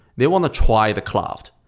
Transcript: they want to try the cloud.